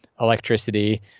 electricity